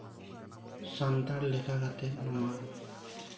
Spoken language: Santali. ᱥᱟᱱᱛᱟᱲ ᱞᱮᱠᱟ ᱠᱟᱛᱮᱜ ᱱᱚᱣᱟ